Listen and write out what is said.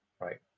right